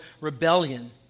rebellion